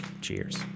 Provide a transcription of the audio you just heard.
Cheers